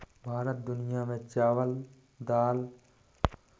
भारत दुनिया में दाल, चावल, दूध, जूट और कपास का सबसे बड़ा उत्पादक है